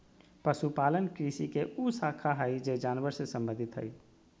पशुपालन कृषि के उ शाखा हइ जे जानवर से संबंधित हइ